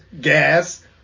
gas